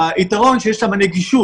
והיתרון שיש שם זה נגישות